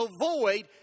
avoid